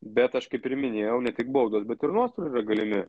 bet aš kaip ir minėjau ne tik baudos bet ir nuostoliai yra galimi